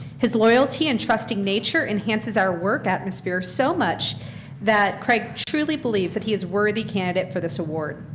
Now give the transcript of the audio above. his loyalty and trust in nature enhances our work atmosphere so much that craig truly believes that he is a worthy candidate for this award.